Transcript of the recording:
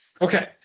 Okay